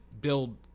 build